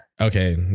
Okay